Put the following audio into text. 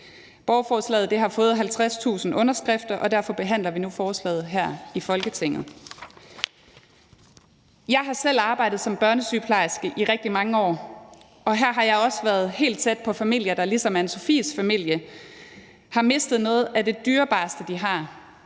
Borgerforslaget har fået 50.000 underskrifter, og derfor behandler vi nu forslaget her i Folketinget. Jeg har selv arbejdet som børnesygeplejerske i rigtig mange år, og her har jeg også været helt tæt på familier, der ligesom Anna-Sofies familie har mistet noget af det dyrebareste, de har: